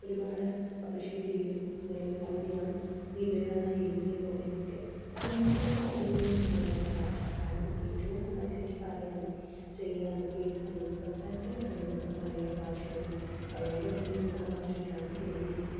ഒരുപാട് അപ്രിഷിയേറ്റ് ചെയ്തു നതല്ലൊരു കവിതയാണ് നീത്രേ നന്നായി എഴുതിയല്ലോ എന്നൊക്കെ അപ്പ ഞാനിതെല്ലാം എഴുതിയത് നമ്മുടെ മലയാള ഭാഷ കാരണം ഏറ്റവും നന്നായിട്ട് എനിക്ക് പറയാനും ചെയ്യാനും എഴുതാനും സംസാരിക്കാനും കഴിയുന്നത് മലയാള ഭാഷയാണ് അതുകൊണ്ട് തന്നെ ഞൻ ആ ഭാഷയിലാണ് ഇത് എഴുതിയത്